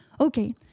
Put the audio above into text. Okay